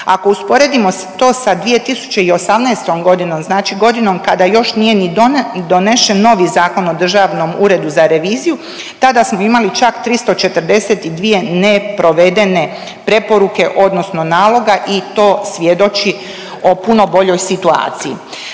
Ako usporedimo to sa 2018.g., znači godinom kada još nije ni donesen ovi Zakon o Državnom uredu za reviziju tada smo imali čak 342 ne provedene preporuke odnosno naloga i to svjedoči o puno boljoj situaciji.